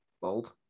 Bold